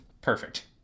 Perfect